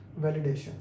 validation